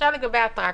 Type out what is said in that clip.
לגבי האטרקציות,